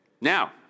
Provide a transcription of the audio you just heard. Now